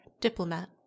diplomat